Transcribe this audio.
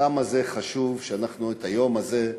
כמה זה חשוב שאנחנו, את היום הזה,